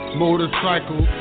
motorcycle